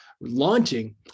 launching